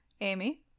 Amy